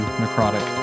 necrotic